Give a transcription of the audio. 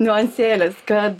niuansėlis kad